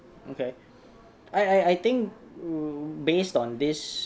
okay I I think based on this